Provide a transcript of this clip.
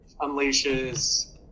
unleashes